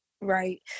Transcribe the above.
Right